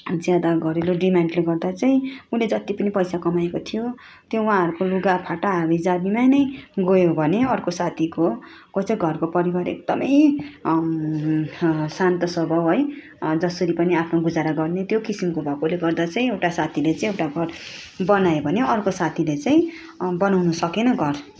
ज्यादा घरेलु डिमान्डले गर्दा चाहिँ उसले जति पनि पैसा कमाएको थियो त्यो उहाँहरूको लुगाफाटा हाबीजाबीमा नै गयो भने अर्को साथीको को चाहिँ घरको परिवार एकदमै शान्त स्वभाव है जसरी पनि आफ्नो गुजारा गर्ने त्यो किसिमको भएकोले गर्दा चाहिँ एउटा साथीले चाहिँ एउटा घर बनायो भने अर्को साथीले चाहिँ बनाउनु सकेन घर